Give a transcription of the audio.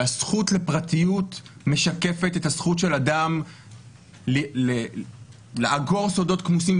והזכות לפרטיות משקפת את הזכות של אדם לאגור סודות כמוסים,